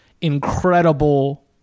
incredible